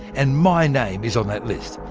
and my name is on that list!